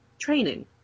training